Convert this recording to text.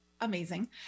amazing